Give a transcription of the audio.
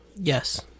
yes